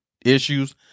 issues